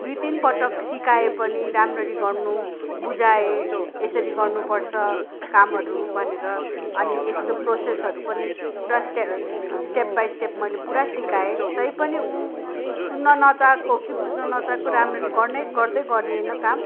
दुई तिन पटक सिकाएँ पनि राम्ररी गर्नु बुझाएँ यसरी गर्नु पर्छ कामहरू भनेर अनि यस्तो प्रोसेसहरू पनि पुरा स्टेप बाई स्टेप मैले पुरा सिकाएँ तैपनि ऊ सुन्न नचाहेको हो कि बुझ्न नचाहेको राम्ररी गर्नै गर्दै गरेन काम